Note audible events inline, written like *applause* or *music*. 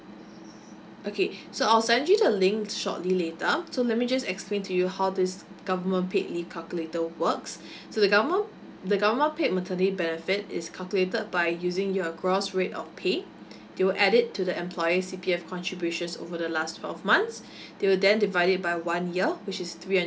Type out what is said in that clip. okay *breath* so I'll send you the link shortly later so let me just explain to you how this government paid leave calculator works *breath* so the government the government paid maternity benefit is calculated by using your gross rate of pay you add it to the employer C_P_F contributions over the last twelve months *breath* you then divide it by one year which is three hundred